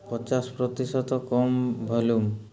ପଚାଶ ପ୍ରତିଶତ କମ୍ ଭଲ୍ୟୁମ୍